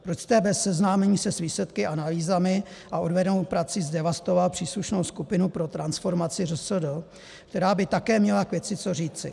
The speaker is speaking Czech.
Proč jste bez seznámení se s výsledky a analýzami a odvedenou prací zdevastoval příslušné skupinou pro transformaci ŘSD, která by také měla k tomu co říci?